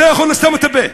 אתה יכול לסתום את הפה.